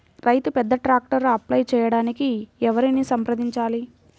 రైతు పెద్ద ట్రాక్టర్కు అప్లై చేయడానికి ఎవరిని సంప్రదించాలి?